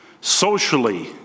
Socially